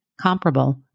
comparable